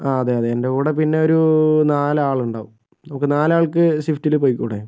ആ അതെ അതെ എൻ്റെ കൂടെ പിന്നെ ഒരു നാലാളുണ്ടാകും നമുക്ക് നാലാൾക്ക് സ്വിഫ്റ്റില് പോയികൂടെ